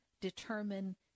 determine